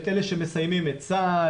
את אלה שמסיימים את צה"ל,